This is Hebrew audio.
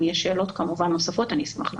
אם יש שאלות נוספות אני אשמח לענות.